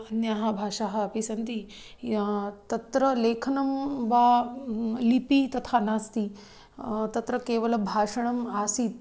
अन्याः भाषाः अपि सन्ति या तत्र लेखनं वा लिपि तथा नास्ति तत्र केवलभाषणम् आसीत्